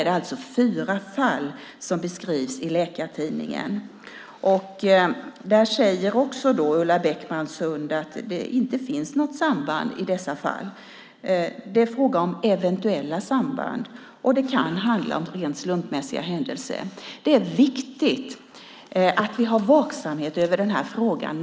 Det är fyra fall som beskrivs i Läkartidningen. Där säger Ulla Beckman Sundh att det inte finns något samband i dessa fall. Det är fråga om eventuella samband, och det kan handla om rent slumpmässiga händelser. Det är viktigt att vi har vaksamhet över den här frågan.